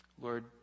Lord